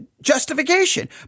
justification